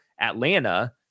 Atlanta